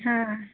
ହଁ